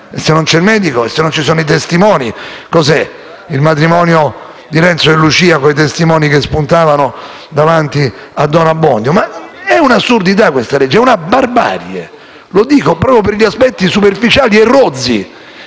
E se non c'è il medico o se non ci sono testimoni cos'è? Il matrimonio di Renzo e Lucia, con i testimoni che spuntavano davanti a Don Abbondio? Questo disegno di legge è un'assurdità, una barbarie. Lo dico proprio per gli aspetti superficiali e rozzi